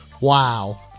Wow